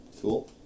Cool